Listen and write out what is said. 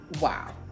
wow